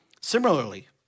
Similarly